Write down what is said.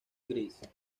gris